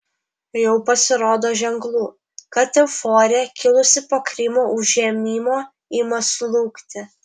jau pasirodo ženklų kad euforija kilusi po krymo užėmimo ima slūgti